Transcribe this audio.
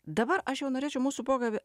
dabar aš jau norėčiau mūsų pokalbį